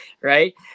right